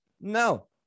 No